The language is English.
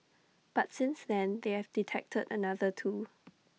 but since then they have detected another two